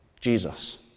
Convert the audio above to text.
Jesus